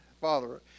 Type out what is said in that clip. father